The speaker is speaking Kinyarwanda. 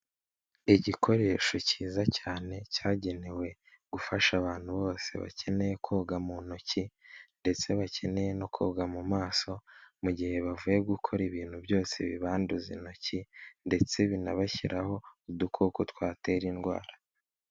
Igikoresho cyiza cyane cyagenewe gufasha abantu bose bakeneye koga mu ntoki ndetse bakeneye no koga mu maso, mu gihe bavuye gukora ibintu byose bibanduza intoki ndetse binabashyiraho udukoko twatera indwara.